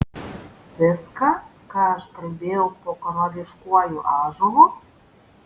viską ką aš kalbėjau po karališkuoju ąžuolu